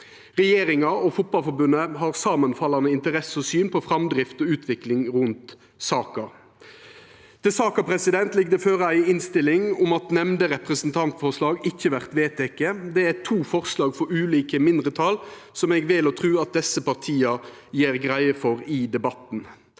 Regjeringa og Fotballforbundet har samanfallande interesse og syn på framdrift og utvikling rundt saka. Til saka ligg det føre ei innstilling om at nemnde representantforslag ikkje vert vedteke. Det er to forslag frå ulike mindretal, som eg vel å tru at desse partia gjer greie for i debatten.